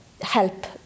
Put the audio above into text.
help